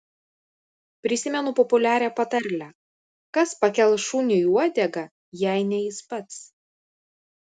prisimenu populiarią patarlę kas pakels šuniui uodegą jei ne jis pats